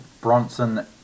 Bronson